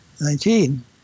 Nineteen